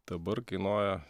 dabar kainuoja